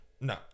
No